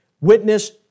witness